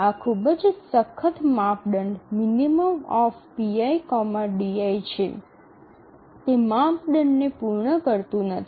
આ ખૂબ જ સખ્ત માપદંડ minpidi છે તે માપદંડને પૂર્ણ કરતું નથી